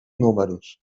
números